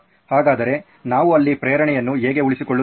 ಹಾಗಾದರೆ ನಾವು ಅಲ್ಲಿ ಪ್ರೇರಣೆಯನ್ನು ಹೇಗೆ ಉಳಿಸಿಕೊಳ್ಳುತ್ತೇವೆ